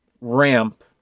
ramp